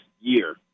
year